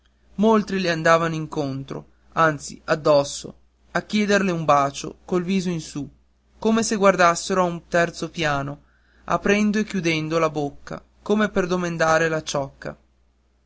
molti le andavano intorno anzi addosso a chiederle un bacio col viso in su come se guardassero a un terzo piano aprendo e chiudendo la bocca come per domandare la cioccia